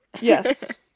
Yes